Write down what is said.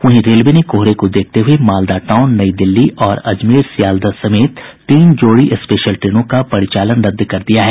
वहीं रेलवे ने कोहरे को देखते हुये मालदा टाउन नई दिल्ली और अजमेर सियालदाह समेत तीन जोड़ी स्पेशल ट्रेनों को परिचालन रद्द कर दिया है